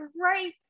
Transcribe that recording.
right